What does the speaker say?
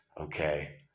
Okay